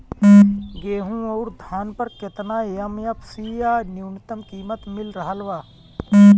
गेहूं अउर धान पर केतना एम.एफ.सी या न्यूनतम कीमत मिल रहल बा?